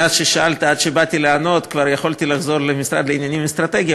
מאז ששאלת ועד שבאתי לענות כבר יכולתי לחזור למשרד לעניינים אסטרטגיים,